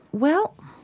well,